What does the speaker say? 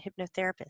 hypnotherapist